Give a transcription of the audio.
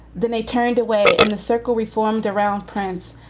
then they turned away and the circle reformed around prince.